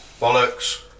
Bollocks